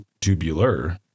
tubular